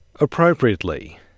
appropriately